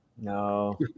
No